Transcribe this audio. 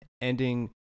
ending